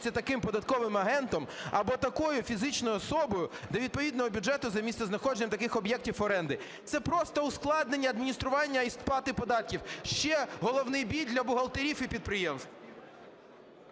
таким податковим агентом або такою фізичною особою до відповідного бюджету за місцем знаходження таких об'єктів оренди". Це просто ускладнення адміністрування і сплати податків, ще головний біль для бухгалтерів і підприємств.